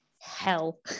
Hell